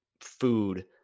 food